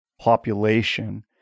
population